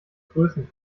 größen